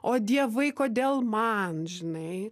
o dievai kodėl man žinai